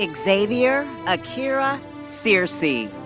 ah xavier akira searcy.